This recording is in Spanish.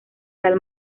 tal